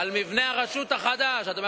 על המבנה החדש של הרשות,